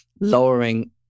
lowering